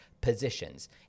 positions